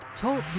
Talk